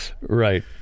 Right